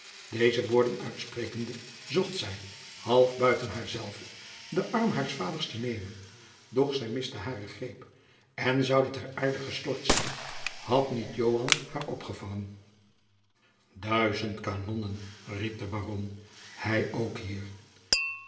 deze woorden uitsprekende zocht zij jacob van lennep de pleegzoon half buiten haar zelve den arm haars vaders te nemen doch zij miste haren greep en zoude ter aarde gestort zijn had niet joan haar opgevangen duizend kanonnen riep de baron hij ook hier